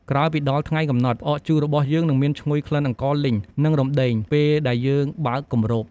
ក្រោយពីដល់ថ្ងៃកំណត់ ផ្អកជូររបស់យើងនឹងមានឈ្ងុយក្លិនអង្ករលីង និងរំដេង ពេលដែលយើងបើកគម្រប។